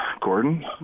Gordon